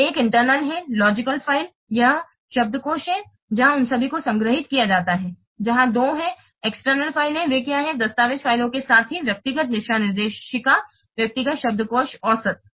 1 internal है logical file वह शब्दकोष है जहां उन सभी को संग्रहीत किया जाता है जहां 2 है एक्सटर्नल फाइलें वे क्या हैं दस्तावेज़ फ़ाइल के साथ ही व्यक्तिगत निर्देशिका व्यक्तिगत शब्दकोश औसत